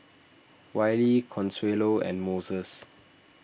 Wylie Consuelo and Moses